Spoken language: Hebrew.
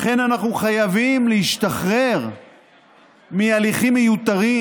לכן אנחנו חייבים להשתחרר מהליכים מיותרים,